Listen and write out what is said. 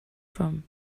from